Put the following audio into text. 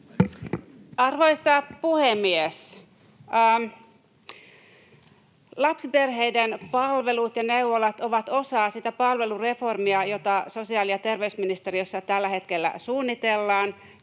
Arvoisa puhemies! Lapsiperheiden palvelut ja neuvolat ovat osa sitä palvelureformia, jota sosiaali- ja terveysministeriössä tällä hetkellä suunnitellaan.